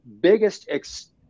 biggest